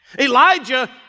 Elijah